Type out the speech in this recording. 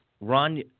Ron